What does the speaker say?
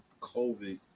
COVID